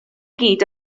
gyd